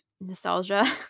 nostalgia